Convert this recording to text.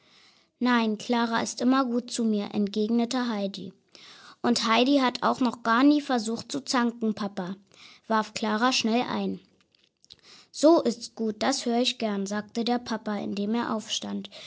nein klara ist immer gut mit mir entgegnete heidi und heidi hat auch noch gar nie versucht zu zanken papa warf klara schnell ein so ist's gut das hör ich gern sagte der papa indem er aufstand